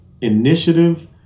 initiative